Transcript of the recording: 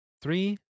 Three